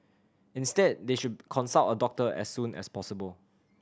instead they should consult a doctor as soon as possible